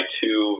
two